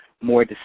more